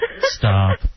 Stop